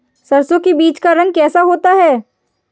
सरसों के बीज का रंग कैसा होता है?